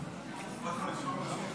נתקבלה.